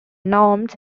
norms